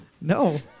No